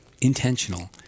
intentional